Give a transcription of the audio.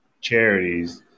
charities